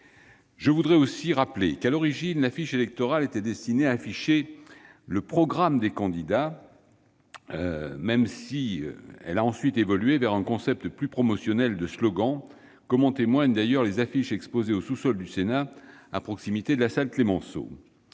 Je voudrais aussi rappeler qu'à l'origine l'affiche électorale était destinée à afficher le programme des candidats, même si elle a ensuite évolué vers un concept plus promotionnel de slogans, comme en témoignent les affiches exposées au sous-sol du Sénat, à proximité de la salle Clemenceau.